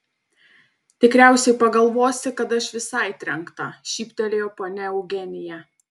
tikriausiai pagalvosi kad aš visai trenkta šyptelėjo ponia eugenija